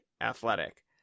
athletic